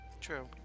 True